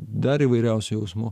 dar įvairiausių jausmų